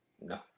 no